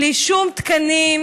בלי שום תקנים,